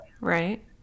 Right